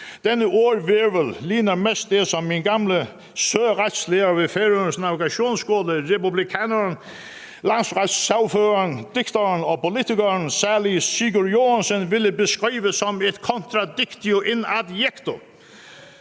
Denne ordhvirvel ligner mest det som min gamle søretslærer ved Færøernes Navigationsskole, republikaneren, landsretssagføreren, digteren og politikeren salig Sigurð Joensen, ville beskrive som et contradictio in adjecto.